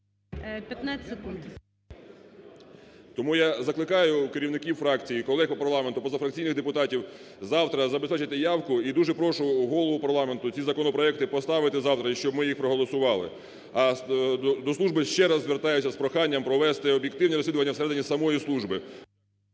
В.М. Тому я закликаю керівників фракцій і колег по парламенту, позафракційних депутатів завтра забезпечити явку. І дуже прошу Голову парламенту ці законопроекти поставити завтра і щоб ми їх проголосували. А до служби ще раз звертаюся з проханням провести об'єктивні розслідування всередині самої служби.